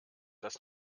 das